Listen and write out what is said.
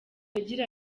agira